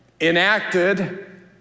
enacted